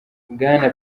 bwana